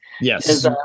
Yes